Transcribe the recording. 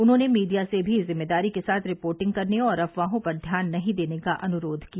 उन्होंने मीडिया से भी जिम्मेदारी के साथ रिर्पोटिंग करने और अफवाहों पर ध्यान नहीं देने का अनुरोध किया